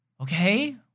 okay